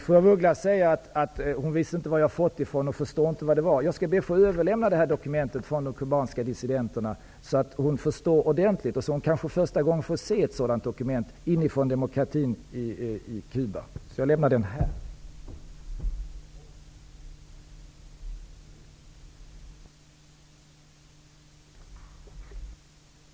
Fru af Ugglas säger att hon inte visste varifrån jag hade fått detta och att hon inte förstår vad det är. Jag skall be att få överlämna det här dokumentet från de kubanska dissidenterna, så att hon förstår ordentligt och så att hon kanske för första gången får se ett sådant dokument inifrån demokratirörelsen på Cuba. Jag överlämnar den nu.